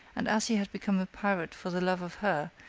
and as he had become a pirate for the love of her,